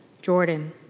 Jordan